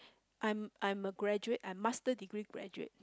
I'm I'm a graduate I'm master degree graduate